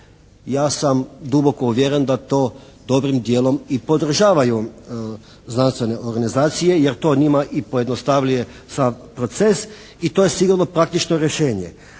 Ja sam duboko uvjeren da to dobrim dijelom i podržavaju znanstvene organizacije jer to njima i pojednostavljuje sam proces i to je sigurno praktično rješenje.